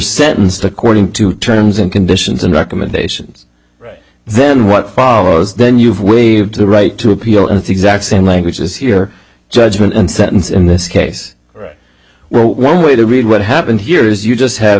sentenced according to terms and conditions and recommendations then what follows then you've waived the right to appeal it exact same language is here judgment and sentence in this case right well one way to read what happened here is you just have